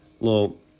little